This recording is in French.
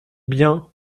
bien